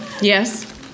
Yes